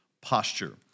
posture